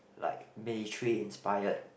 like military inspired